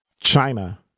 China